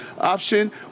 option